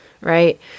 right